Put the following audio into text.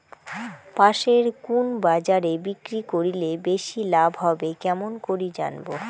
পাশের কুন বাজারে বিক্রি করিলে বেশি লাভ হবে কেমন করি জানবো?